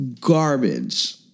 Garbage